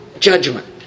judgment